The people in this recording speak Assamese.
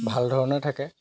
ভালধৰণে থাকে